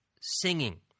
singing